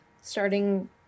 starting